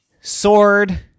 sword